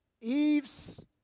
Eve's